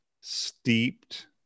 steeped